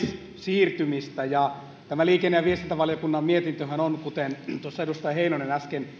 siirtymistä tämä liikenne ja viestintävaliokunnan mietintöhän on kuten tuossa edustaja heinonen äsken